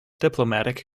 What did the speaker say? diplomatic